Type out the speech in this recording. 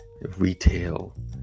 retail